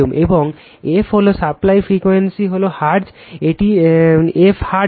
এবং f supply frequency হলো hertz এটি f হার্টজে